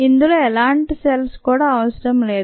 ఇందులో ఎలాంటి సెల్స్ కూడా అవసరం లేదు